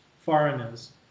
foreigners